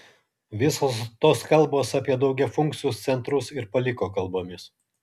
visos tos kalbos apie daugiafunkcius centrus ir paliko kalbomis